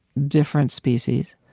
different species,